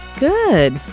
good.